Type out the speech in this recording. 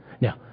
Now